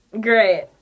Great